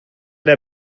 der